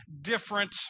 different